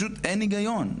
פשוט אין היגיון,